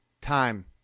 time